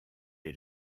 est